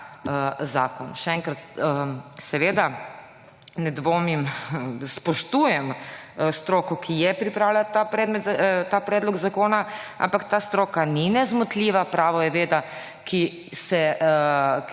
zakon. Še enkrat, seveda ne dvomim, spoštujem stroko, ki je pripravila ta predlog zakona, ampak ta stroka ni nezmotljiva, pravo je veda, ki se